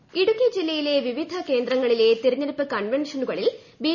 സുരേന്ദ്രൻ ഇടുക്കി ജില്ലയിലെ വിവിധ കേന്ദ്രങ്ങളിലെ തെരഞ്ഞെടുപ്പു കൺവെൻഷനുകളിൽ ബി